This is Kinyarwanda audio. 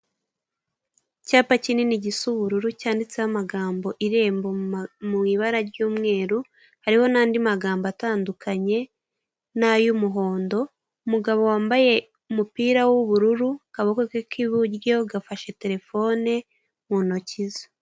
Icyapa kinini gisa ubururu cyanditseho amagambo irembo mu ibara ry'umweru, hariho n'andi magambo atandukanye n'ay'umuhondo, umugabo wambaye umupira w'ubururu, akaboko ke k'iburyo gafashe telefone mu ntoki ze.